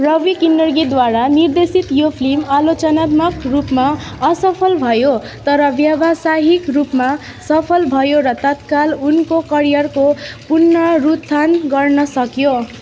रवि किन्नगीद्वारा निर्देशित यो फिल्म आलोचनात्मक रूपमा असफल भयो तर व्यावसायिक रूपमा सफल भयो र तत्काल उनको करियरको पुनोरुत्थान गर्नसक्यो